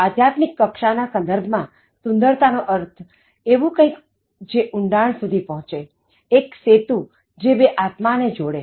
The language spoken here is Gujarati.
આધ્યાત્મિક કક્ષાના સંદર્ભમાં સુંદરતા નો અર્થ એવું કંઇક જે ઉંડાણ સુધી પહોંચે એક સેતુ જે બે આત્મા ને જોડે